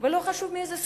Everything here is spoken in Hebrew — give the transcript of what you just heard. ולא חשוב מאיזה סוג,